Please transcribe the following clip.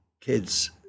kids